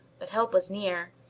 but help was near.